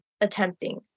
attempting